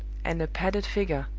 and a padded figure,